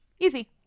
Easy